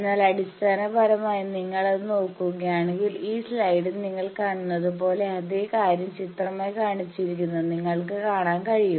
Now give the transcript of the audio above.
എന്നാൽ അടിസ്ഥാനപരമായി നിങ്ങൾ അത് നോക്കുകയാണെങ്കിൽ ഈ സ്ലൈഡിൽ നിങ്ങൾ കാണുന്നത് പോലേ അതേ കാര്യം ചിത്രമായി കാണിച്ചിരിക്കുന്നത് നിങ്ങൾക്ക് കാണാൻ കഴിയും